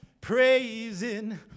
praising